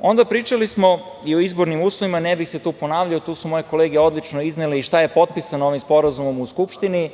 Srbije. Pričali smo i o izbornim uslovima. Ne bih se tu ponavljao, tu su moje kolege odlično iznele i šta je potpisano ovim sporazumom u Skupštini